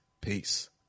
Peace